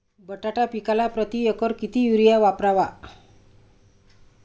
बटाटा पिकाला प्रती एकर किती युरिया वापरावा?